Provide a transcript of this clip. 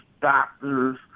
doctors